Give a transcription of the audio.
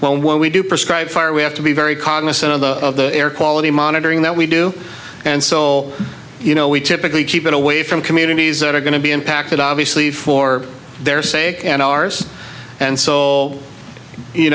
when we do prescribe fire we have to be very cognizant of the air quality monitoring that we do and so you know we typically keep it away from communities that are going to be impacted obviously for their sake and ours and so you